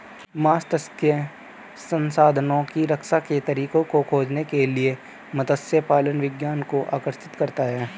मात्स्यिकी संसाधनों की रक्षा के तरीकों को खोजने के लिए मत्स्य पालन विज्ञान को आकर्षित करता है